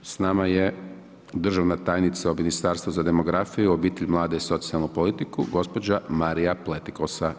S nama je državna tajnica u Ministarstvu za demografiju, obitelj, mlade i socijalnu politiku, gospođa Marija Pletikosa.